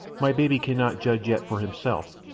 my baby cannot judge yet for himself,